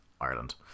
Ireland